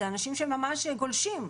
אלו אנשים שממש גולשים,